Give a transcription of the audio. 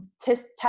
test